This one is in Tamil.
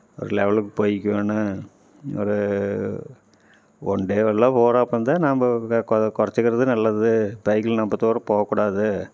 ஒரு லெவெலுக்கு போயிக்கோணும் ஒரு ஒன் டேவெல்லாம் போகிறாப்புல இருந்தால் நாம்ப வேறு கொ குறச்சிக்கிறது நல்லது பைக்கில் ரொம்ப தூரம் போகக்கூடாது